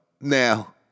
now